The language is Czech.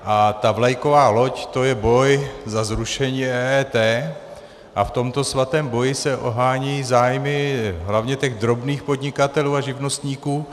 A ta vlajková loď, to je boj za zrušení EET a v tomto svatém boji se ohánějí zájmy hlavně těch drobných podnikatelů a živnostníků.